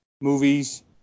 movies